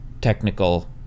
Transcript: Technical